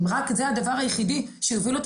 אם רק זה הדבר היחידי שיוביל אותו